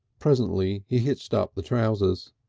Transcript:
presently he hitched up the trousers.